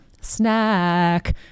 snack